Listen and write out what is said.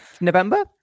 November